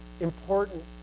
important